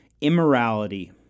immorality